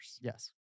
Yes